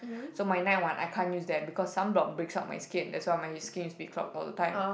so my night one I can't use that because sunblock breaks out my skin that's why my skin is be clog all the time